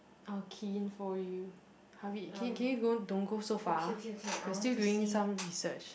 I'll key in for you Harvey can you can you don't don't go so far we are still doing some research